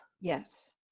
Yes